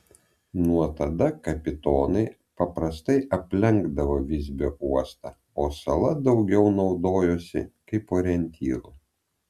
nuo tada kapitonai paprastai aplenkdavo visbio uostą o sala daugiau naudojosi kaip orientyru